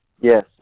Yes